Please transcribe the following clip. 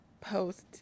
post